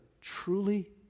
truly